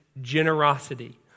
generosity